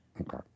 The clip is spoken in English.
Okay